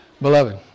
Beloved